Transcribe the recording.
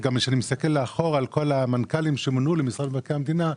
ככול שאני מסתכל לאחור על כול המנכ"לים שמונו למשרד מבקר המדינה,